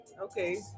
Okay